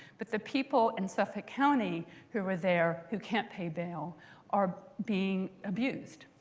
but the people in suffolk county who are there who can't pay bail are being abused,